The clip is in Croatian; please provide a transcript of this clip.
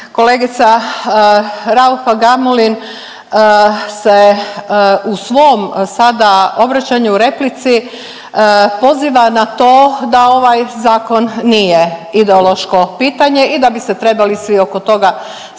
kolegica Rukar-Gamulin se u svom sada obraćanju u replici poziva na to da ovaj zakon nije ideološko pitanje i da bi se trebali svi oko toga složiti